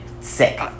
sick